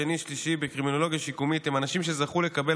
שני ושלישי בקרימינולוגיה שיקומית הם אנשים שזכו לקבל